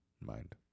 mind